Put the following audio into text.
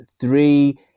three